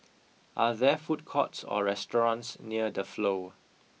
are there food courts or restaurants near the Flow